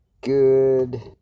good